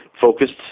focused